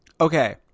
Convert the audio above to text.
Okay